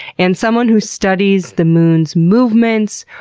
and someone who studies the moon's movements,